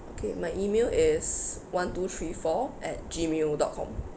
okay my email is one two three four at Gmail dot com